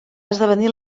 esdevenir